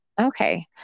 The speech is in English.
okay